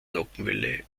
nockenwelle